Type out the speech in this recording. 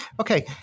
Okay